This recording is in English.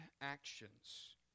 actions